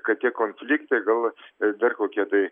kad tie konfliktai gal dar kokie tai